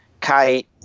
Kite